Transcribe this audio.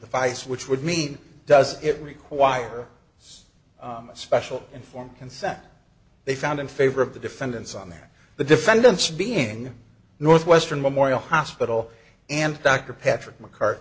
device which would mean does it require special informed consent they found in favor of the defendants on there the defendants being northwestern memorial hospital and dr patrick mccarthy